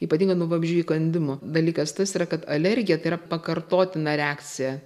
ypatingai nuo vabzdžių įkandimo dalykas tas yra kad alergija tai yra pakartotina reakcija